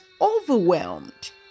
overwhelmed